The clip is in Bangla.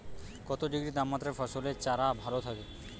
কত ডিগ্রি তাপমাত্রায় ফসলের চারা ভালো থাকে?